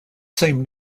same